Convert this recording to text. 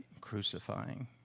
crucifying